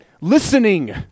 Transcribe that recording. Listening